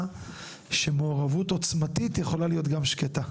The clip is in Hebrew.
לכך שמעורבות עוצמתית יכולה להיות גם שקטה.